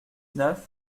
neuf